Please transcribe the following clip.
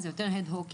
אז זה יותר אד הוק,